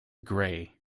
gray